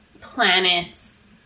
planets